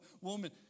woman